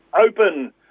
Open